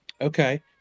Okay